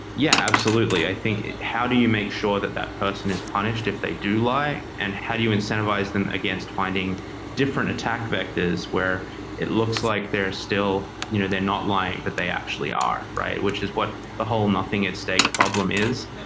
yeah, absolutely. i think, how do you make sure that that person is punished if they do lie and how do you incentivize them against finding different attack vectors, where it looks like they're still you know they're not lying, but they actually are, which is what the whole nothing at stake problem is,